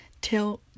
till